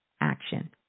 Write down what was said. action